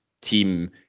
team